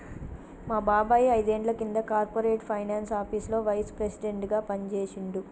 మా బాబాయ్ ఐదేండ్ల కింద కార్పొరేట్ ఫైనాన్స్ ఆపీసులో వైస్ ప్రెసిడెంట్గా పనిజేశిండు